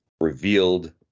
revealed